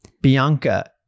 Bianca